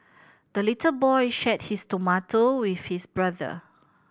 the little boy shared his tomato with his brother